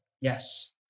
Yes